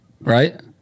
right